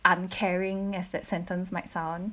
uncaring as that sentence might sound